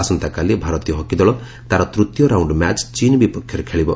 ଆସନ୍ତାକାଲି ଭାରତୀୟ ହକି ଦଳ ତା'ର ତୂତୀୟ ରାଉଣ୍ଡ ମ୍ୟାଚ୍ ଚୀନ ବିପକ୍ଷରେ ଖେଳିବ